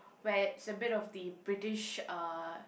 where it's a bit of the British uh